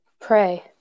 Pray